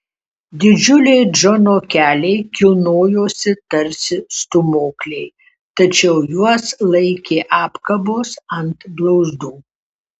didžiuliai džono keliai kilnojosi tarsi stūmokliai tačiau juos laikė apkabos ant blauzdų